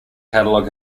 catalogue